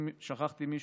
אם שכחתי מישהו,